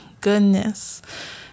goodness